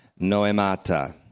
noemata